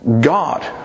God